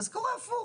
אז קורה הפוך.